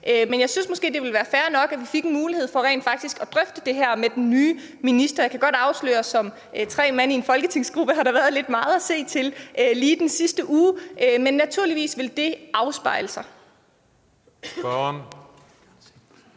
Men jeg synes måske, det ville være fair nok, at vi rent faktisk fik en mulighed for at drøfte det her med den nye minister. Jeg kan godt afsløre, at der med tre mand i en folketingsgruppe har været lidt meget at se til lige i den sidste uge. Men det vil naturligvis komme til at afspejle sig.